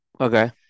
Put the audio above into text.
Okay